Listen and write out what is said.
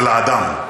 להד"ם,